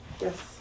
Yes